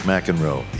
McEnroe